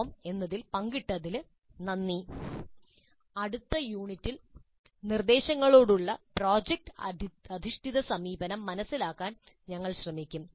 ൽ പങ്കിട്ടതിന് നന്ദി അടുത്ത യൂണിറ്റിൽ നിർദ്ദേശങ്ങളോടുള്ള പ്രോജക്റ്റ് അധിഷ്ഠിത സമീപനം മനസ്സിലാക്കാൻ ഞങ്ങൾ ശ്രമിക്കും